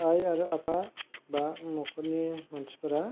आइ आरो आफा एबा न'खरनि मानसिफोरा